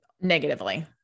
Negatively